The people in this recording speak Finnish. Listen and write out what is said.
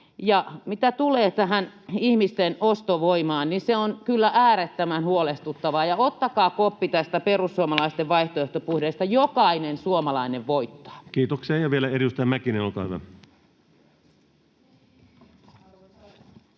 mitä tulee tähän ihmisten ostovoimaan, niin se on kyllä äärettömän huolestuttavaa. Ottakaa koppi tästä perussuomalaisten vaihtoehtobudjetista: jokainen suomalainen voittaa. [Speech 169] Speaker: Ensimmäinen varapuhemies